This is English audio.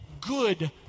good